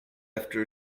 after